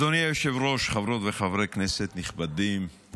אדוני היושב-ראש, חברות וחברי כנסת נכבדים,